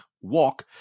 walk